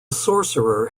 sorcerer